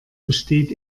besteht